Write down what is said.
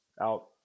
out